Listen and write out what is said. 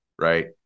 Right